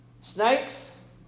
Snakes